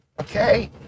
Okay